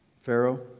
Pharaoh